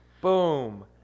Boom